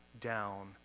down